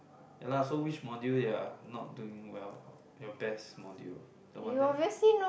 ya lah so which module you are not doing well your best module the one there